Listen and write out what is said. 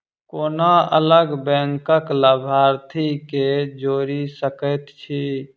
कोना अलग बैंकक लाभार्थी केँ जोड़ी सकैत छी?